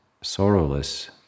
sorrowless